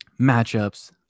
matchups